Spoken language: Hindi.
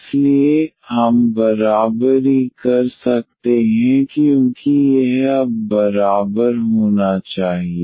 इसलिए हम बराबरी कर सकते हैं क्योंकि यह अब बराबर होना चाहिए